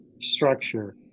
structure